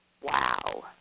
Wow